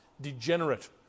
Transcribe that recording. degenerate